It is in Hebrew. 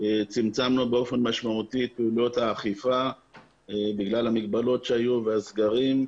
צמצמנו באופן משמעותי את פעולות האכיפה בגלל המגבלות שהיו והסגרים.